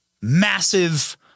massive